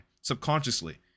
Subconsciously